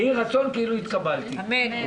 אין הצעת החוק התקבלה בקריאה ראשונה.